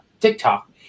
TikTok